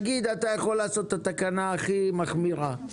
נניח שאתה יכול לקבוע את התקנה הכי מחמירה.